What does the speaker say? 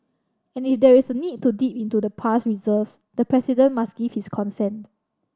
and if there is a need to dip into the past reserves the President must give his consent